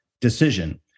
decision